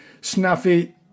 Snuffy